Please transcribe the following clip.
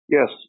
Yes